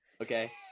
okay